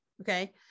Okay